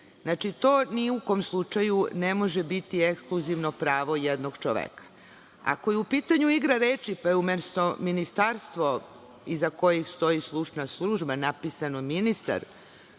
puteve. To ni u kom slučaju ne može biti ekskluzivno pravo jednog čoveka. Ako je u pitanju igra reči pa je umesto ministarstva iza kojeg stoji stručna služba napisano ministar,